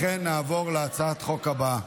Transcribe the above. לכן נעבור להצעת החוק הבאה.